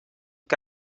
que